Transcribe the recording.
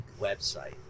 website